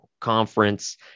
conference